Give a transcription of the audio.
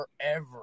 forever